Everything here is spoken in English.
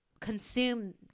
consume